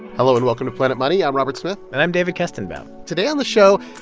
hello, and welcome to planet money. i'm robert smith and i'm david kestenbaum today on the show,